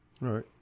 Right